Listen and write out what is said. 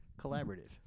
collaborative